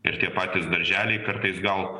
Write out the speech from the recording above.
ir tie patys darželiai kartais gal